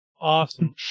Awesome